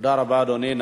תודה רבה, אדוני.